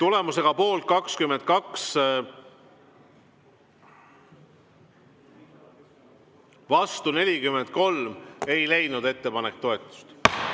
Tulemusega poolt 6, vastu 31, ei leidnud ettepanek toetust.95.